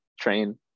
train